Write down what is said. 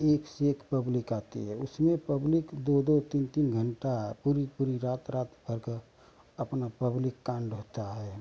एक से एक पब्लिक आती है उसमें पब्लिक दो दो तीन तीन घंटा पूरी पूरी रात रात भर के अपना पब्लिक कांड होता है